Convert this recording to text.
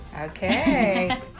Okay